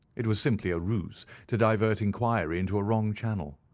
it was simply a ruse to divert inquiry into a wrong channel.